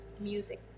music